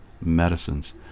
medicines